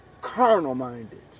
carnal-minded